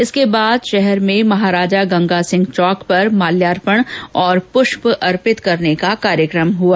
इसके बाद शहर में महाराजा गंगासिंह चौक पर माल्यार्पण और पुष्प अर्पित करने का कार्यक्रम हुआ